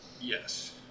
yes